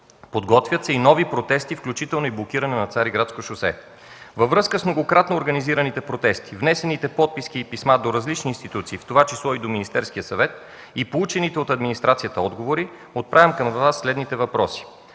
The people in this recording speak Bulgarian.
Подготвят се и нови протести, включително и блокиране на „Цариградско шосе”. Във връзка с многократно организираните протести, внесените подписи и писма до различни институции, в това число и до Министерския съвет, и получените от администрацията отговори, отправям към Вас следните въпроси: